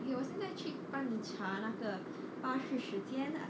okay 我现在去帮你查那个巴士时间啊